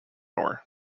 ore